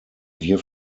dear